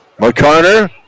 McCarner